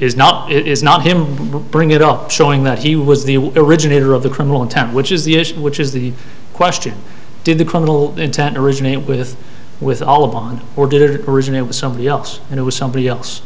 is not it is not him to bring it up showing that he was the originator of the criminal intent which is the issue which is the question did the criminal intent originate with with all of one or did it originate with somebody else and it was somebody else